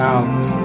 Out